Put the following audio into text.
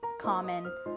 common